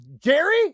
gary